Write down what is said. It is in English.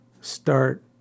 start